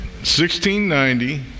1690